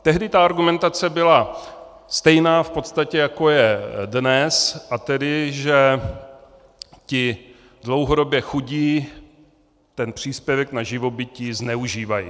Tehdy ta argumentace byla stejná v podstatě, jako je dnes, a tedy že ti dlouhodobě chudí ten příspěvek na živobytí zneužívají.